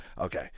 okay